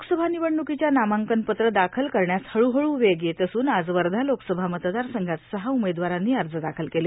लोकसभा निवडणुकीच्या नामांकनपत्र दाखल करण्यास हळूहळू वेग येत असून आज वर्धा लोकसभा मतदारसंघात सहा उमेदवारांनी अर्ज दाखल केले